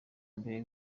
mbere